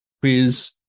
quiz